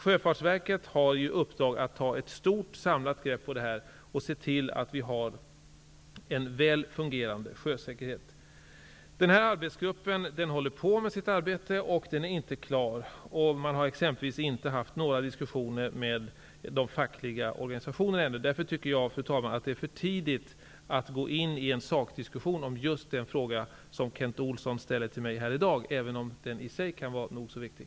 Sjöfartsverket har i uppdrag att ta ett stort samlat grepp på detta och se till att vi har en väl fungerande sjösäkerhet. Denna arbetsgrupp håller på med sitt arbete, men den är inte klar. Man har exempelvis ännu inte haft några diskussioner med de fackliga organisationerna. Därför tycker jag, fru talman, att det är för tidigt att gå in i en sakdiskussion om just den fråga som Kent Olsson ställer till mig i dag, även om den i sig kan vara nog så viktig.